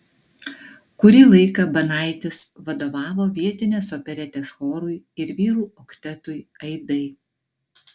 kurį laiką banaitis vadovavo vietinės operetės chorui ir vyrų oktetui aidai